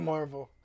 Marvel